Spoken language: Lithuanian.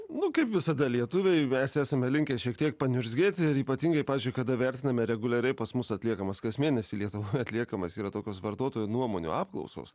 nu kaip visada lietuviai mes esame linkę šiek tiek paniurzgėti ir ypatingai pavyzdžiui kada vertiname reguliariai pas mus atliekamas kas mėnesį lietuvoje atliekamas yra tokios vartotojų nuomonių apklausos